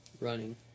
Running